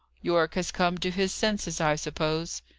yorke has come to his senses, i suppose?